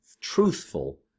truthful